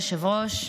אישית,